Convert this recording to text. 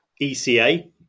ECA